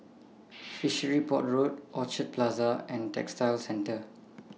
Fishery Port Road Orchard Plaza and Textile Centre